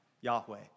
Yahweh